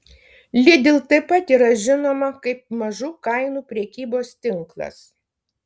lidl taip pat yra žinoma kaip mažų kainų prekybos tinklas